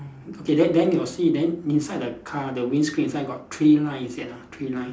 okay then then your see then inside the car the windscreen inside got three line is it ah three line